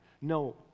No